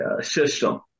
system